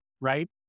right